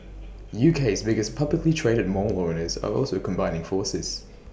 UK's biggest publicly traded mall owners are also combining forces